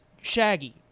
shaggy